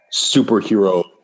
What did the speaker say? superhero